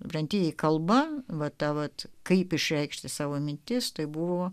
brandieji kalba vata vat kaip išreikšti savo mintis tai buvo